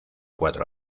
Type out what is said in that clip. cuatro